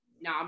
no